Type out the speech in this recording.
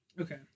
Okay